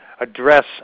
address